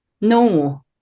no